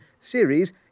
series